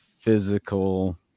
physical